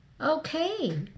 okay